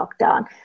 lockdown